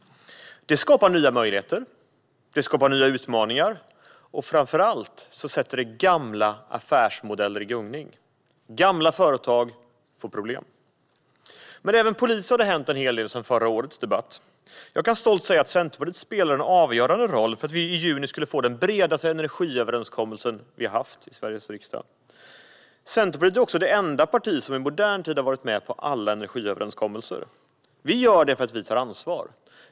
Det skapar nya möjligheter, och det skapar nya utmaningar. Framför allt sätter det gamla affärsmodeller i gungning. Gamla företag får problem. Även politiskt har det hänt en hel del sedan förra årets debatt. Jag kan stolt säga att Centerpartiet spelade en avgörande roll för att vi i juni skulle få den bredaste energiöverenskommelse vi har haft i Sveriges riksdag. Centerpartiet är också det enda parti som i modern tid har varit med på samtliga energiöverenskommelser. Vi gör det för att vi tar ansvar.